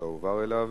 התשובה תועבר אליו,